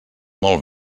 molt